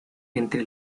entre